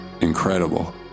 incredible